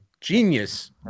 genius